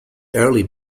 early